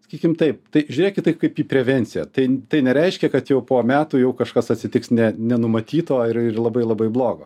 sakykim taip tai žiūrėk į tai kaip į prevenciją tai tai nereiškia kad jau po metų jau kažkas atsitiks ne nenumatyto ir ir labai labai blogo